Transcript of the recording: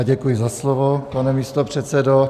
Děkuji za slovo, pane místopředsedo.